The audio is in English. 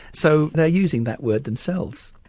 so they're using that word themselves.